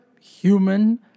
human